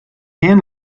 can